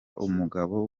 umugabo